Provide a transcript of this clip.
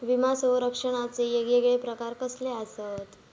विमा सौरक्षणाचे येगयेगळे प्रकार कसले आसत?